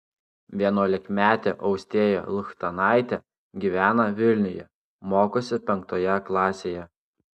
vienuolikmetė austėja luchtanaitė gyvena vilniuje mokosi penktoje klasėje